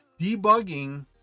Debugging